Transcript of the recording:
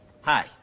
Hi